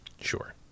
sure